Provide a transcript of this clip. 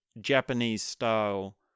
Japanese-style